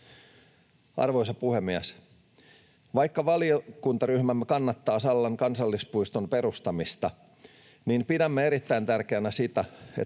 Arvoisa puhemies! Vaikka valiokuntaryhmämme kannattaa Sallan kansallispuiston perustamista, niin pidämme erittäin tärkeänä sitä,